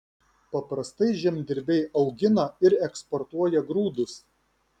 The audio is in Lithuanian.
paprastai žemdirbiai augina ir eksportuoja grūdus